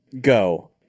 go